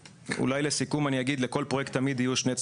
אולי לסיכום אני אגיד שלכל פרויקט תמיד יהיו שני צדדים,